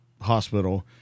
hospital